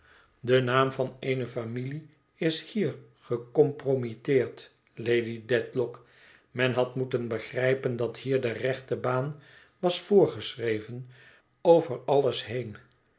de naam eener familie is hier gecompromitteerd lady dedlock men had moeten begrijpen dat hier de rechte baan was voorgeschreven over alles heen